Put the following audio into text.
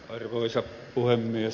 arvoisa puhemies